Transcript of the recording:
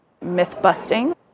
myth-busting